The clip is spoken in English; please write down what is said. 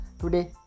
Today